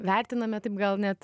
vertiname taip gal net